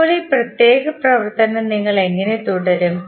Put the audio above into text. ഇപ്പോൾ ഈ പ്രത്യേക പ്രവർത്തനം നിങ്ങൾ എങ്ങനെ തുടരും